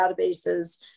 databases